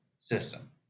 system